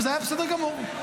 וזה היה בסדר גמור.